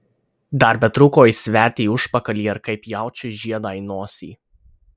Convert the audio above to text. dar betrūko įsiverti į užpakalį ar kaip jaučiui žiedą į nosį